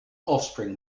offspring